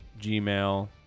Gmail